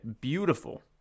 beautiful